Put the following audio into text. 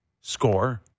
score